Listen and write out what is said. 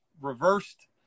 reversed